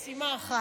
יש לי משימה אחת.